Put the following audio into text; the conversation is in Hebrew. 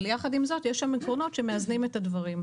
אבל יחד עם זאת יש שם עקרונות שמאזנים את הדברים.